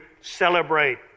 celebrate